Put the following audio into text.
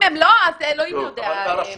אם הם לא, אז אלוקים יודע.